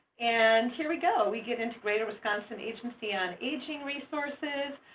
and here we go. we get into greater wisconsin agency on aging resources,